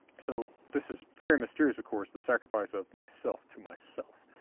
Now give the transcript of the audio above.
so this is very mysterious, of course, the sacrifice of myself to myself.